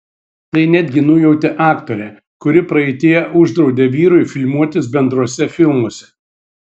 tai netgi nujautė aktorė kuri praeityje uždraudė vyrui filmuotis bendruose filmuose